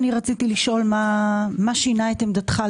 רציתי לשאול מה שינה את עמדתך.